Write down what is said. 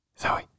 zoe